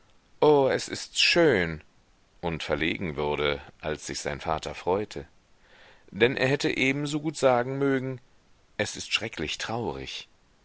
o es ist schön und verlegen wurde als sich sein vater freute denn er hätte ebensogut sagen mögen es ist schrecklich traurig